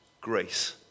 grace